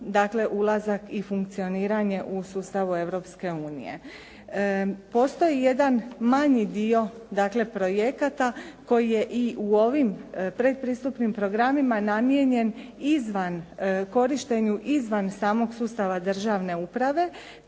ulazak i funkcioniranje u sustavu Europske unije. Postoji jedan manji dio dakle projekata koji je i u ovim predpristupnim programima namijenjen korištenju izvan samog sustava državne uprave